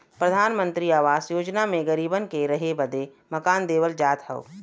प्रधानमंत्री आवास योजना मे गरीबन के रहे बदे मकान देवल जात हौ